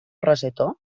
rosetó